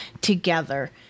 together